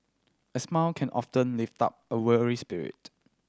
a smile can often lift up a weary spirit